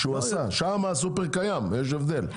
שם הסופר קיים אז יש הבדל.